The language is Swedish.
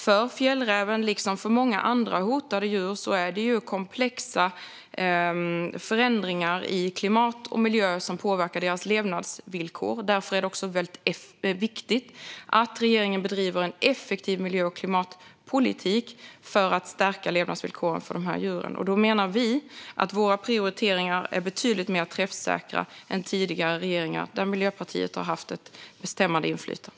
Det är komplexa förändringar i klimat och miljö som påverkar levnadsvillkoren för fjällräven, liksom för många andra hotade djur. Därför är det viktigt att regeringen bedriver en effektiv miljö och klimatpolitik för att stärka de djurens levnadsvillkor. Vi menar att våra prioriteringar är betydligt mer träffsäkra än tidigare regeringars, där Miljöpartiet har haft ett bestämmande inflytande.